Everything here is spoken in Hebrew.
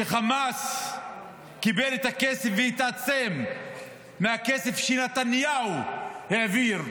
שחמאס קיבל את הכסף והתעצם מהכסף שנתניהו העביר לחמאס.